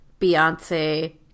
Beyonce